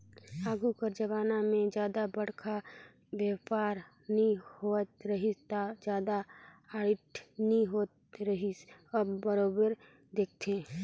आघु कर जमाना में जादा बड़खा बयपार नी होवत रहिस ता जादा आडिट नी होत रिहिस अब बरोबर देखथे